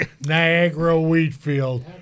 Niagara-Wheatfield